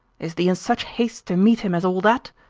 is thee in such haste to meet him as all that?